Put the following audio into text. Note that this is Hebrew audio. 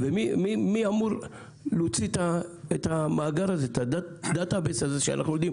ומי אמור להוציא את מאגר הנתונים הזה שנדע